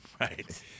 Right